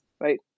right